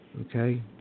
Okay